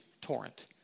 torrent